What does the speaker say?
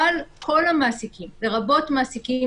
אבל כל המעסיקים, לרבות מעסיקים